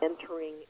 entering